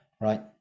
right